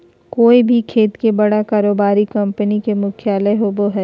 कोय भी देश के बड़ा कारोबारी कंपनी के मुख्यालय होबो हइ